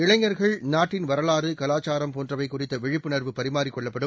இளைஞர்கள் நாட்டின் வரலாறுகவாச்சாரம் போன்றவைகுறித்தவிழிப்புணர்வு பரிமாறிக் கொள்ளப்படும்